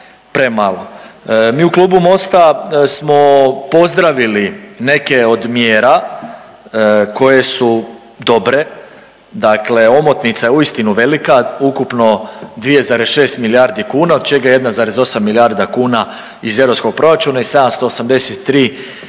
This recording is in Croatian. premalo. Mi u Klubu MOST-a smo pozdravili neke od mjera koje su dobre. Dakle, omotnica je uistinu velika, ukupno 2,6 milijarde kuna od čega 1,8 milijarda kuna iz europskog proračuna i 783 milijuna